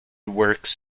works